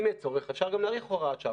אם יהיה צורך אפשר גם להאריך הוראת שעה.